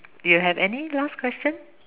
you have any last question